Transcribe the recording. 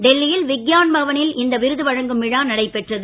டெல்லியில் விக்யான் பவனில் இந்த விருது வழங்கும் விழா நடைபெற்றது